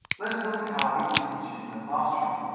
let's look at how we can teach it in the classroom.